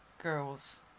girls